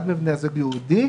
אחד מבני הזוג יהודי,